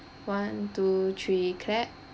one two three clap